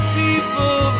people